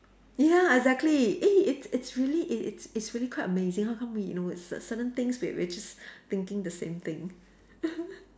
ya exactly eh it's it's really it's it's it's really quite amazing how come we you know cer~ certain things we're we're just thinking the same thing